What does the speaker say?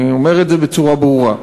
אני אומר את זה בצורה ברורה.